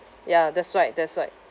ya that's right that's right